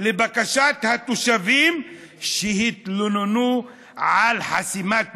לבקשת התושבים שהתלוננו על חסימת מדרכות.